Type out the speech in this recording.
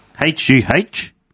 H-U-H